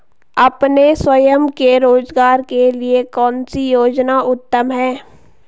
अपने स्वयं के रोज़गार के लिए कौनसी योजना उत्तम है?